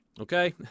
okay